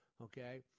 okay